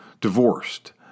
Divorced